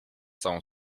całą